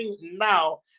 now